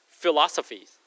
philosophies